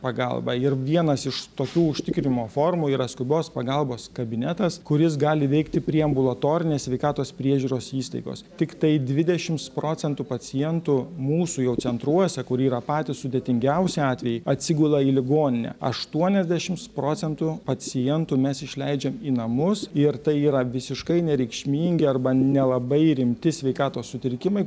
pagalba ir vienas iš tokių užtikrinimo formų yra skubios pagalbos kabinetas kuris gali veikti prie ambulatorinės sveikatos priežiūros įstaigos tiktai dvidešims procentų pacientų mūsų jau centruose kur yra patys sudėtingiausi atvejai atsigula į ligoninę aštuoniasdešims procentų pacientų mes išleidžiam į namus ir tai yra visiškai nereikšmingi arba nelabai rimti sveikatos sutrikimai